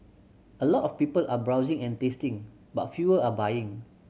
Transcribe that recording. a lot of people are browsing and tasting but fewer are buying